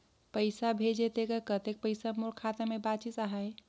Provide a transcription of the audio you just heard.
पइसा भेजे तेकर कतेक पइसा मोर खाता मे बाचिस आहाय?